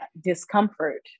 discomfort